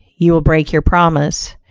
you will break your promise,